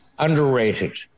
Underrated